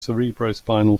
cerebrospinal